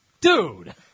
Dude